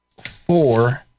four